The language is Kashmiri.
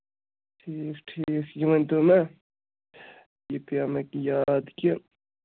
ٹھیٖک ٹھیٖک یہِ ؤنۍتو مےٚ یہِ پیٚیو مےٚ کہِ یاد کہِ